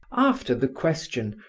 after the question,